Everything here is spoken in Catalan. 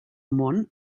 món